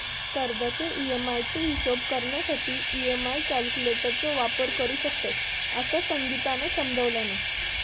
कर्जाच्या ई.एम्.आई चो हिशोब करण्यासाठी ई.एम्.आई कॅल्क्युलेटर चो वापर करू शकतव, असा संगीतानं समजावल्यान